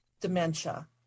dementia